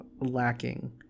lacking